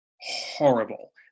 horrible